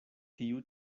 tiu